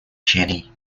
cheney